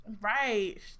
Right